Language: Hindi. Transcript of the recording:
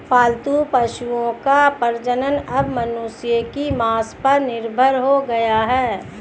पालतू पशुओं का प्रजनन अब मनुष्यों की मंसा पर निर्भर हो गया है